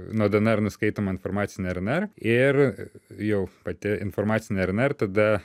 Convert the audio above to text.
nuo dnr nuskaitoma informacinė rnr ir jau pati informacinė rnr tada